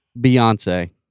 Beyonce